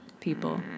people